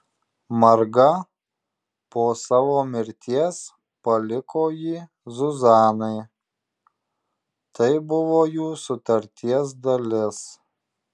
marga po savo mirties paliko jį zuzanai tai buvo jų sutarties dalis